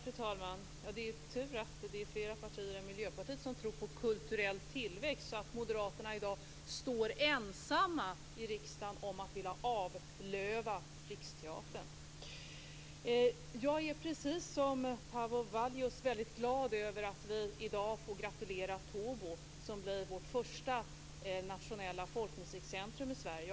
Fru talman! Det är tur att det finns fler partier än Miljöpartiet som tror på kulturell tillväxt. Detta gör att Moderaterna i dag står ensamma i riksdagen om att vilja avlöva Riksteatern. Jag är precis som Paavo Vallius väldigt glad över att vi i dag får gratulera Tobo, som blir vårt första nationella folkmusikcentrum i Sverige.